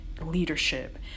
leadership